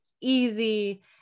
easy